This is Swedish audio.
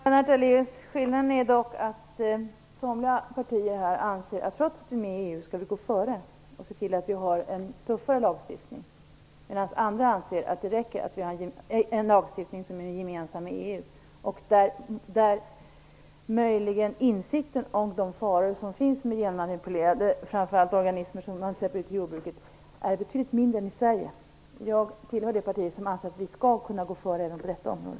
Fru talman! Skillnaden är dock, Lennart Daléus, att somliga partier anser att vi - trots att vi är med i EU - skall gå före och se till att vi har en tuffare lagstiftning. Andra anser att det räcker att ha en lagstiftning som är gemensam med den som finns inom EU, där insikten om de faror som finns med genmanipulerade organismer som släpps ut i jordbruket är betydligt mindre än i Sverige. Jag tillhör det parti som anser att vi skall kunna gå före även på detta område.